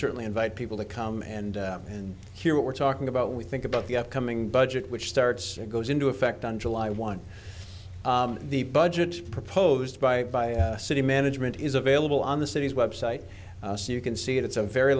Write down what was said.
certainly invite people to come and and hear what we're talking about we think about the upcoming budget which starts it goes into effect on july one the budget proposed by city management is available on the city's web site so you can see it it's a very